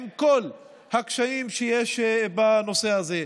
עם כל הקשיים שיש בנושא הזה.